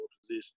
position